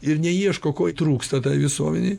ir neieško ko trūksta toj visuomenėj